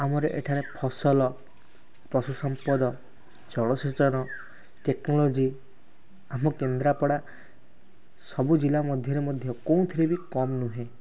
ଆମର ଏଠାରେ ଫସଲ ପଶୁ ସମ୍ପଦ ଜଳସେଚନ ଟେକ୍ନୋଲୋଜି୍ ଆମ କେନ୍ଦ୍ରାପଡ଼ା ସବୁ ଜିଲ୍ଲା ମଧ୍ୟରେ ମଧ୍ୟ କେଉଁଥିରେ ବି କମ୍ ନୁହେଁ